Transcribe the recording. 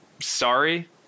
sorry